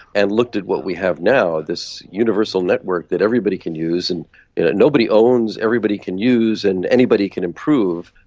and looked at what we have now, this universal network that everybody can use and nobody owns, everybody can use and anybody can improve,